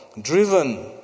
Driven